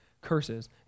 Curses